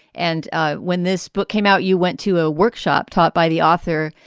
and ah when this book came out, you went to a workshop taught by the author.